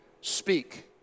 speak